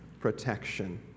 protection